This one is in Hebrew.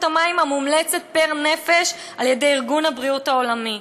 המים המומלצת פר נפש על ידי ארגון הבריאות העולמי.